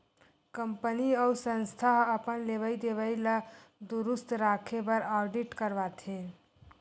company अउ संस्था ह अपन लेवई देवई ल दुरूस्त राखे बर आडिट करवाथे